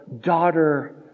Daughter